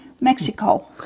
Mexico